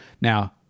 Now